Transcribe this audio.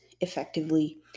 effectively